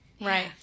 Right